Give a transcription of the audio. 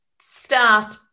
start